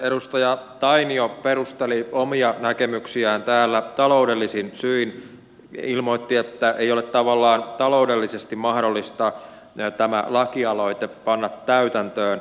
edustaja tainio perusteli omia näkemyksiään täällä taloudellisin syin ja ilmoitti että ei ole tavallaan taloudellisesti mahdollista tätä lakialoitetta panna täytäntöön